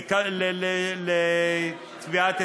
לטביעת אצבעות,